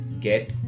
get